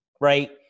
right